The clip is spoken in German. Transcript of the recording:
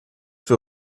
für